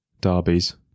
derbies